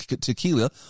Tequila